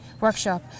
workshop